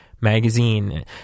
magazine